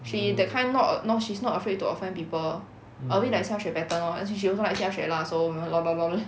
she that kind not not she's not afraid to offend people a bit like xia xue pattern lor and sh~ she also like xia xue lah so blah blah blah blah